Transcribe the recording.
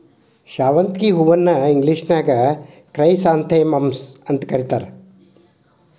ಶಾವಂತಿಗಿ ಹೂವನ್ನ ಇಂಗ್ಲೇಷನ್ಯಾಗ ಕ್ರೈಸಾಂಥೆಮಮ್ಸ್ ಅಂತ ಕರೇತಾರ